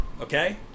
okay